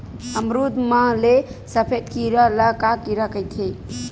अमरूद म लगे सफेद कीरा ल का कीरा कइथे?